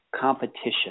competition